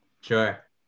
Sure